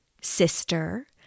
sister